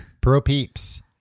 Pro-peeps